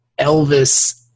Elvis